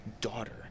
daughter